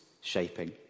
shaping